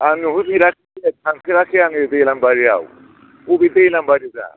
आं नुहैफेराखै थांफेराखै आं दैलांबारियाव बबे दैलांबारि